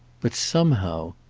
but somehow!